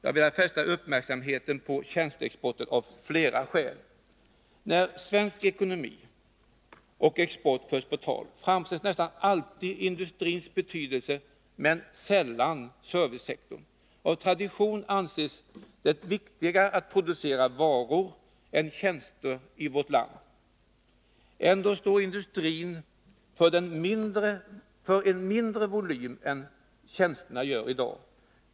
Jag har velat fästa uppmärksamheten på tjänsteexporten av flera skäl. När svensk ekonomi och export förs på tal framhävs nästan alltid industrins betydelse men sällan servicesektorns. Av tradition anses det viktigare att producera varor än tjänster i vårt land. Ändå står industrin för en mindre volym än vad tjänsterna gör i dag.